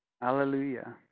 Hallelujah